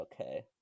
okay